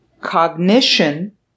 cognition